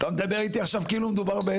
אתה מדבר איתי כאילו מדובר,